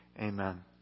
Amen